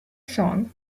song